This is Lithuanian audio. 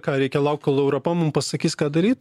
ką reikia laukt kol europa mum pasakys ką daryt